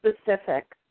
specific